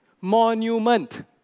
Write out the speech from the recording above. Monument